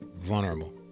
Vulnerable